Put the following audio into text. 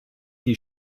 die